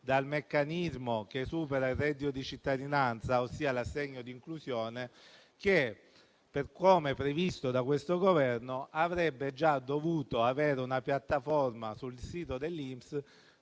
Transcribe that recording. dal meccanismo che supera il reddito di cittadinanza, ossia l'assegno di inclusione. Secondo quanto previsto da questo Governo, avrebbe già dovuto esserci una piattaforma dedicata sul sito dell'INPS